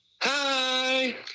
Hi